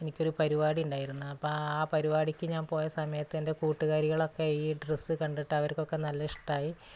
എനിക്കൊരു പരിപാടി ഉണ്ടായിരുന്നു അപ്പോൾ ആ പരിപാടിക്ക് ഞാൻ പോയ സമയത്ത് എൻ്റെ കൂട്ടുകാരികളൊക്കെ ഈ ഡ്രെസ് കണ്ടിട്ട് അവർക്കൊക്കെ നല്ല ഇഷ്ട്ടമായി